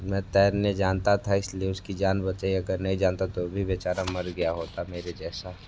मैं तैरने जानता था इसलिए उसकी जान बचाई अगर नहीं जानता तो भी बेचारा मर गया होता मेरे जैसा